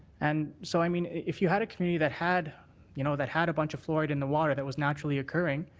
and so i mean if hue a community that had you know that had a bunch of fluoride in the water that was naturally occurring,